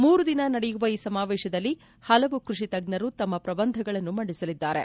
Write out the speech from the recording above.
ಮೂರುದಿನ ನಡೆಯುವ ಈ ಸಮಾವೇಶದಲ್ಲಿ ಪಲವು ಕೃಷಿ ತಜ್ಜರು ತಮ್ಮ ಪ್ರಬಂಧಗಳನ್ನು ಮಂಡಿಸಲಿದ್ದಾರೆ